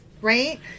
right